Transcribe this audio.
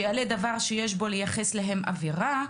שיעלה דבר שיש בו לייחס להם עבירה,